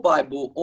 Bible